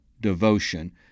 devotion